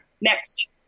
Next